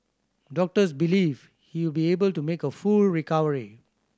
doctors believe he will be able to make a full recovery